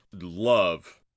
Love